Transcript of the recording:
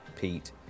Pete